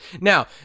Now